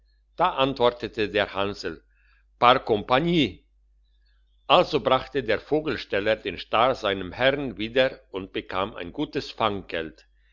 da antwortete der hansel par compagnie also brachte der vogelsteller den star seinem herrn wieder und bekam ein gutes